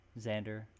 Xander